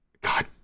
god